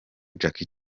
jackie